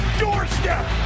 doorstep